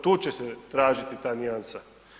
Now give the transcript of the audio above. Tu će se tražiti ta nijansa.